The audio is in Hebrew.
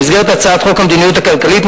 במסגרת הצעת חוק המדיניות הכלכלית,